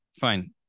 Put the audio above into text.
Fine